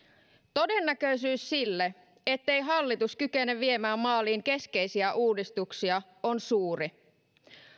todennäköisyys sille ettei hallitus kykene viemään maaliin keskeisiä uudistuksia on suuri